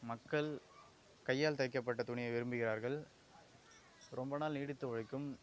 மக்கள் கையால் தைக்கப்பட்ட துணியை விரும்புகிறார்கள் ரொம்ப நாள் நீடித்து உழைக்கும்